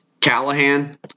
Callahan